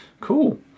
cool